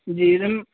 جی رن